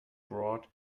brought